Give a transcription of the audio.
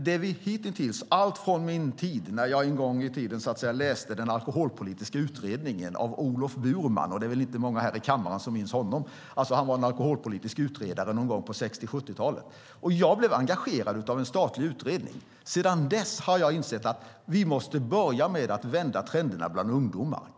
Jag läste en gång i tiden den alkoholpolitiska utredningen av Olof Burman. Det är nog inte många här i kammaren som minns honom, men han var en alkoholpolitisk utredare någon gång på 60 och 70-talen. Jag blev engagerad av en statlig utredning. Sedan dess har jag insett att vi måste börja med att vända trenderna bland ungdomar.